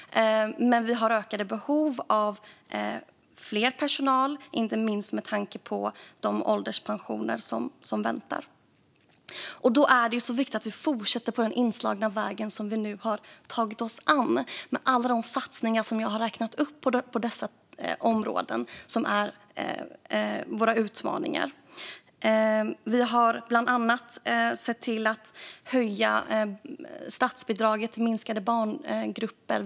Men det finns ett ökat behov av mer personal på grund av de pensionsavgångar som väntar. Det är därför viktigt att vi fortsätter på den inslagna väg som vi nu har gått in på med alla de satsningar som jag räknade upp inom de områden som utgör utmaningar. Vi har bland annat höjt statsbidraget för att minska barngrupperna.